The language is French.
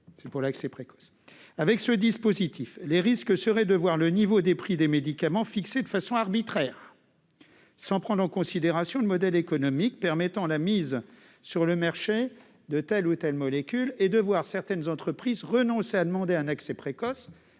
aux traitements. Avec ce dispositif, les risques seraient de voir non seulement le niveau des prix des médicaments fixé de façon arbitraire, sans prendre en considération le modèle économique permettant la mise sur le marché de telle ou telle molécule, mais aussi certaines entreprises renoncer à demander un accès précoce,